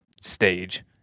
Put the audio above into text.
stage